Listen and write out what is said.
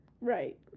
Right